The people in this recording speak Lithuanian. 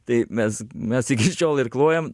tai mes mes iki šiol irkluojam